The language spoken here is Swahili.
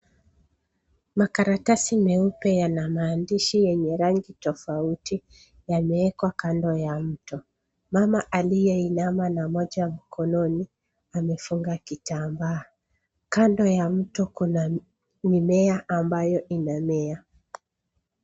Makaratasi meupe yana maandishi yenye rangi tofauti. Yamewekwa kando ya mto. Mama aliyeinama nmoja mkononi, anafunga kitambaa. Kando ya mto kuna mimea ambayo inamea.